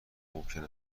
ممکن